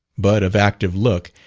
but of active look,